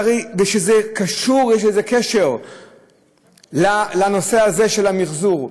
ושיש לזה קשר לנושא הזה של המחזור,